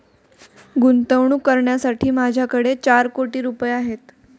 गुंतवणूक करण्यासाठी माझ्याकडे चार कोटी रुपये होते